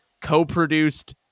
co-produced